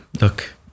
Look